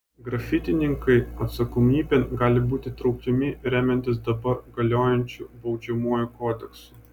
grafitininkai atsakomybėn gali būti traukiami remiantis dabar galiojančiu baudžiamuoju kodeksu